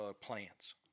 plants